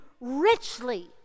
richly